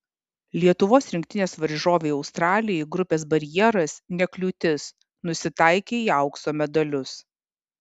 lietuvos rinktinės varžovei australijai grupės barjeras ne kliūtis nusitaikė į aukso medalius